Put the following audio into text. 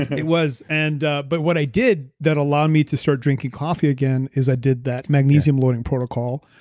it was, and ah but what i did that allowed me to start drinking coffee again is i did that magnesium loading protocol,